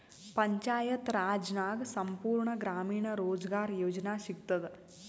ಪಂಚಾಯತ್ ರಾಜ್ ನಾಗ್ ಸಂಪೂರ್ಣ ಗ್ರಾಮೀಣ ರೋಜ್ಗಾರ್ ಯೋಜನಾ ಸಿಗತದ